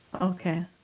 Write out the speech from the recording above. Okay